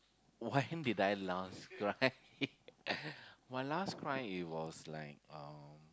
when did I last cry my last cry it was like um